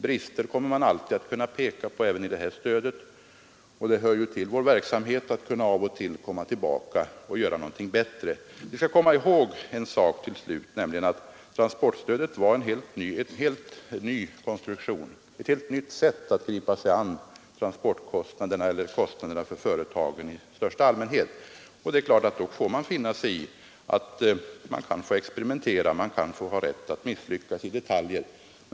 Brister kommer man alltid att kunna peka på även i det här stödet; det hör ju till vår verksamhet att av och till kunna komma tillbaka och göra någonting bättre. Vi skall komma ihåg en sak till slut, nämligen att transportstödet innebar ett helt nytt sätt att gripa sig an transportkostnaderna och kostnaderna för företagen i största allmänhet. Det är klart att man då får finna sig i att experimentera. Man måste ha rätt att misslyckas i detaljer.